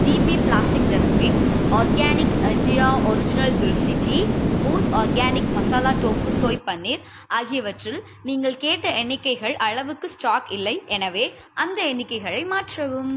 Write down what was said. DP plastic dustbin organic India original tulsi tea mousse organic masala tofu soya paneer ஆகியவற்றில் நீங்கள் கேட்ட எண்ணிக்கைகள் அளவுக்கு ஸ்டாக் இல்லை எனவே அந்த எண்ணிக்கைகளை மாற்றவும்